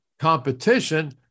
competition